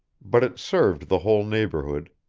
but it served the whole neighborhood,